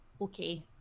Okay